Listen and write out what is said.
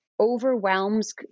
overwhelms